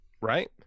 right